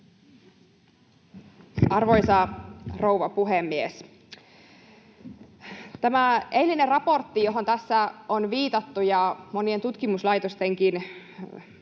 Arvoisa rouva puhemies! Tämä eilinen raportti, johon tässä on viitattu, ja monien tutkimuslaitostenkin